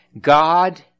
God